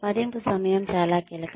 మదింపు సమయం చాలా కీలకం